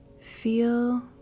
feel